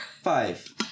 five